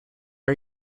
are